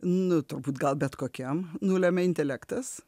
nu turbūt gal bet kokiam nulemia intelektas